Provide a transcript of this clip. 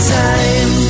time